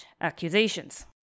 accusations